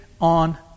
on